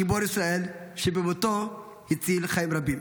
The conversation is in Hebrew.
גיבור ישראל שבמותו הציל חיים רבים.